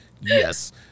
Yes